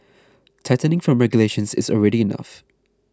tightening from regulations is already enough